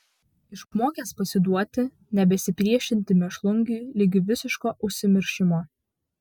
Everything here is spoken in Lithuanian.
išmokęs pasiduoti nebesipriešinti mėšlungiui ligi visiško užsimiršimo